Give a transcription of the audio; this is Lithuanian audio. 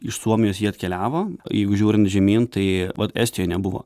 iš suomijos jie atkeliavo jeigu žiūrint žemyn tai vat estijoj nebuvo